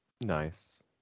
Nice